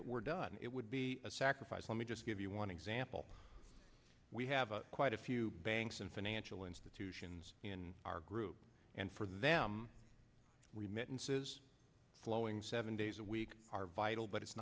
it were done it would be a sacrifice let me just give you one example we have a quite a few banks and financial institutions in our group and for them remittances flowing seven days a week are vital but it's